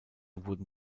wurden